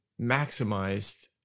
maximized